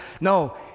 No